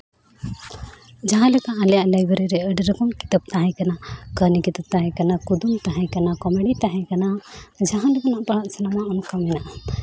ᱡᱟᱦᱟᱸ ᱞᱮᱠᱟ ᱟᱞᱮᱭᱟᱜ ᱞᱟᱭᱵᱨᱮᱨᱤ ᱨᱮ ᱟᱹᱰᱤ ᱨᱚᱠᱚᱢ ᱠᱤᱛᱟᱹᱵ ᱛᱟᱦᱮᱸ ᱠᱟᱱᱟ ᱠᱟᱹᱦᱱᱤ ᱠᱤᱛᱟᱹᱵ ᱛᱟᱦᱮᱸ ᱠᱟᱱᱟ ᱠᱩᱫᱩᱢ ᱛᱟᱦᱮᱸ ᱠᱟᱱᱟ ᱠᱚᱢᱮᱰᱤ ᱛᱟᱦᱮᱸ ᱠᱟᱱᱟ ᱡᱟᱦᱟᱸ ᱞᱮᱠᱟ ᱢᱤᱫᱴᱟᱱ ᱥᱤᱱᱮᱢᱟ ᱚᱱᱠᱟᱱ ᱢᱮᱱᱟᱜᱼᱟ